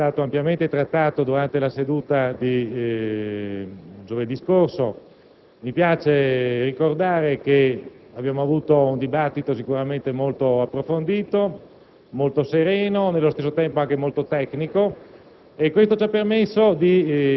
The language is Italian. Passando al punto che è stato ampiamente trattato durante la seduta di giovedì scorso, mi piace ricordare che abbiamo svolto un dibattito sicuramente molto approfondito, sereno e allo stesso tempo particolarmente tecnico